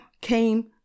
came